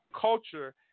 culture